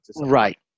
Right